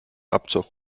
abzug